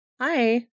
Hi